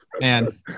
Man